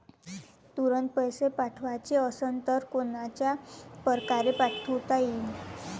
तुरंत पैसे पाठवाचे असन तर कोनच्या परकारे पाठोता येईन?